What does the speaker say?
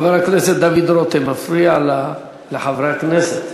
חבר הכנסת דוד רותם מפריע לחברי הכנסת.